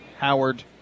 Howard